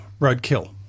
roadkill